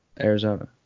Arizona